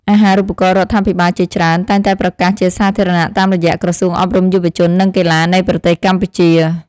អាហារូបករណ៍រដ្ឋាភិបាលជាច្រើនតែងតែប្រកាសជាសាធារណៈតាមរយៈក្រសួងអប់រំយុវជននិងកីឡានៃប្រទេសកម្ពុជា។